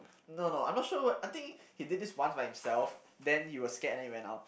no no I'm not sure what I think he did this once by himself then he was scared and then he ran out